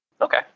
Okay